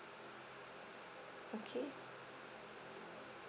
okay